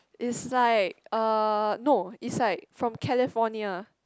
it's like uh no it's like from California